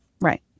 right